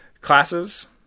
classes